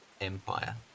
Empire